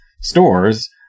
stores